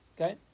Okay